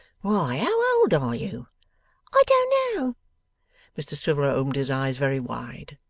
why, how old are you i don't know mr swiveller opened his eyes very wide,